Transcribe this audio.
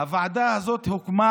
נסגר